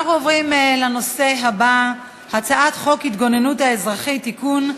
אנחנו עוברים לנושא הבא: הצעת חוק ההתגוננות האזרחית (תיקון,